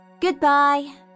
Goodbye